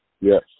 Yes